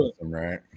right